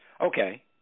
okay